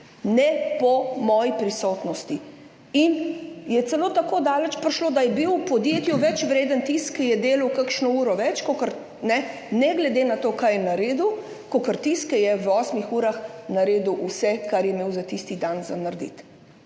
ne po moji prisotnosti. Prišlo je celo tako daleč, da je bil v podjetju več vreden tisti, ki je delal kakšno uro več, ne glede na to, kaj je naredil, kakor tisti, ki je v osmih urah naredil vse, kar je imel tisti dan za narediti.